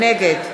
נגד